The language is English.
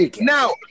Now